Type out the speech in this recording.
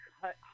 cut